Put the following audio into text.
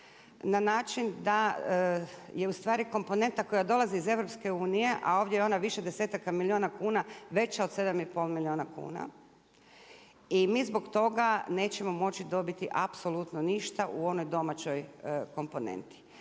na način da je ustvari komponenta iz EU a ovdje je ona više desetaka milijuna kuna veća od 7,5 milijuna kuna. I mi zbog toga nećemo moći dobiti apsolutno ništa u onoj domaćoj komponenti.